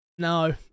No